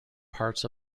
parts